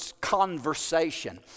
conversation